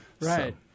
right